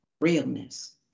realness